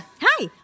Hi